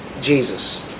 Jesus